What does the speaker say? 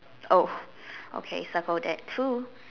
oh okay circle that too